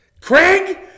Craig